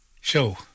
show